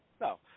no